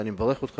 ואני מברך אותך,